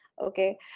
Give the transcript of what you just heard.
Okay